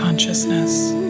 consciousness